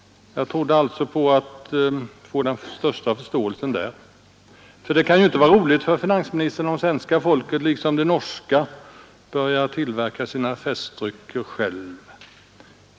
Jag trodde alltså på att få den största förståelsen där. Det kan ju inte vara roligt för finansministern, om svenska folket liksom det norska börjar tillverka sina festdrycker självt.